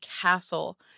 castle